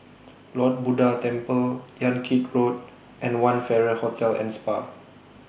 Lord Buddha Temple Yan Kit Road and one Farrer Hotel and Spa